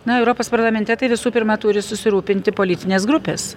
na europos parlamente tai visų pirma turi susirūpinti politinės grupės